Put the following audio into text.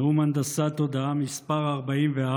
נאום הנדסת תודעה מס' 44,